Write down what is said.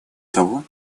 того